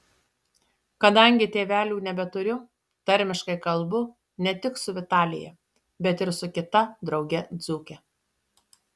kadangi tėvelių nebeturiu tarmiškai kalbu ne tik su vitalija bet ir su kita drauge dzūke